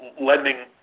lending